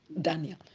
Daniel